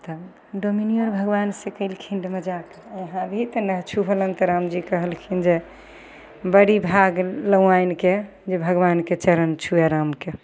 तऽ डोमिनिया भगवानसँ कयलखिन मजाक अभी तऽ नहि छुअलखिन तऽ रामजी कहलखिन जे बड़ी भाग नौआनिके जे भगवानके चरण छुवे रामके